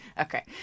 Okay